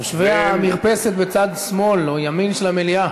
יושבי המרפסת בצד שמאל או ימין של המליאה.